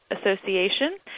association